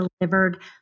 delivered